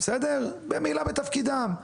במעילה בתפקידם.